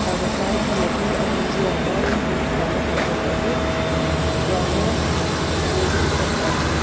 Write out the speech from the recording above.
پاغستان کا مشہور انگریزی اخبار جو ہندوستانی خبروں پر بھی جامع رپورٹنگ کرتا ہے